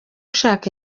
ushaka